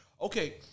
Okay